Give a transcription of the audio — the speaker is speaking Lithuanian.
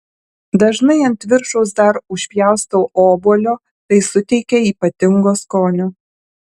dažnai ant viršaus dar užpjaustau obuolio tai suteikia ypatingo skonio